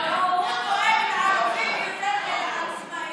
הוא דואג לערבים יותר מלעצמאים.